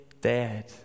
dead